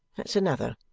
that's another.